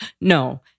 no